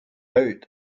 out